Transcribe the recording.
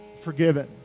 forgiven